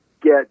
get